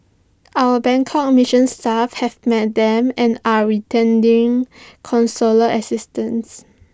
our Bangkok mission staff have met them and are consular assistance